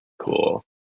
Cool